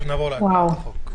נעבור להקראת החוק.